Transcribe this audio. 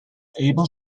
able